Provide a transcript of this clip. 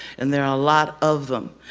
and there are a lot of them,